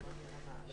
ה'-ו'.